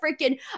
freaking